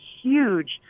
huge